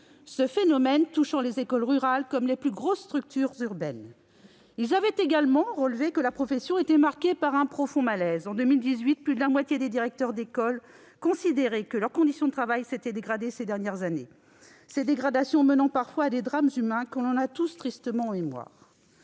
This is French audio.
ce phénomène touchant les écoles rurales comme les plus grosses structures urbaines. Ensuite, ils avaient relevé que la profession était marquée par un profond malaise. En 2018, plus de la moitié des directeurs d'école considérait que leurs conditions de travail s'étaient dégradées ces dernières années. Ces dégradations mènent parfois à des drames humains, que l'on a tous tristement en mémoire.